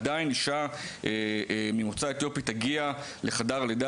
אישה ממוצא אתיופי תגיע לחדר הלידה,